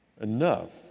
enough